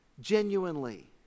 genuinely